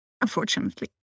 unfortunately